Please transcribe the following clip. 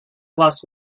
glass